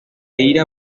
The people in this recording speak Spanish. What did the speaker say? ira